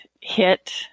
hit